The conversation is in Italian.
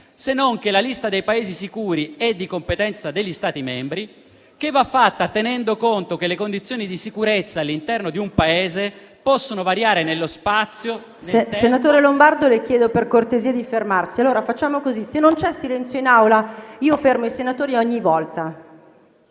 se non che la lista dei Paesi sicuri è di competenza degli Stati membri, che va fatta tenendo conto che le condizioni di sicurezza all'interno di un Paese possono variare nello spazio e nel tempo… *(Brusìo)*. PRESIDENTE. Senatore Lombardo, le chiedo per cortesia di fermarsi. Allora, facciamo così: se non c'è silenzio in Aula, io fermo i senatori ogni volta.